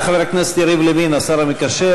בבקשה, חבר הכנסת יריב לוין, השר המקשר.